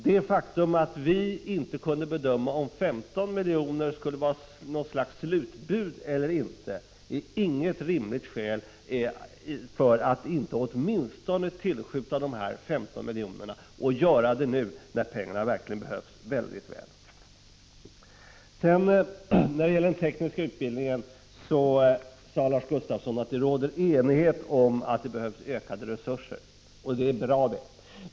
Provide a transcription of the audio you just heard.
Det faktum att vi inte kunde bedöma om 15 miljoner skulle vara något slags slutbud eller inte är inget rimligt skäl för att inte tillskjuta åtminstone det beloppet och göra det nu, när pengarna verkligen behövs. Lars Gustafsson sade att det råder enighet om att det behövs ökade resurser till den tekniska utbildningen. Det är bra.